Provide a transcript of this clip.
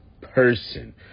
person